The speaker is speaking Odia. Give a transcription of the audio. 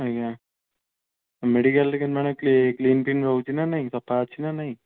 ଆଜ୍ଞା ଆଉ ମେଡିକାଲ୍ରେ କେମିତି ମାନେ କ୍ଲିନ୍ଫ୍ଲିନ୍ ହେଉଛି ନା ନାହିଁ ସଫା ଅଛି ନା ନାହିଁ